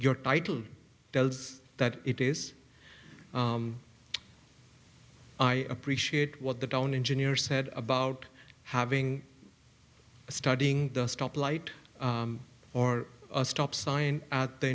your title does that it is i appreciate what the don't engineer said about having studying the stoplight or a stop sign at the